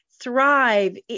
thrive